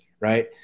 Right